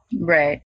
Right